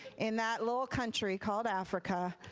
in that little country called africa.